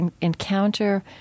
encounter